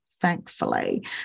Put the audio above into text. thankfully